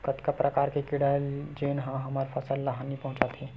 कतका प्रकार के कीड़ा जेन ह हमर फसल ल हानि पहुंचाथे?